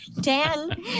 Dan